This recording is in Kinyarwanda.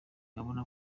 abona